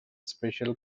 special